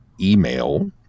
email